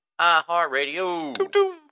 iHeartRadio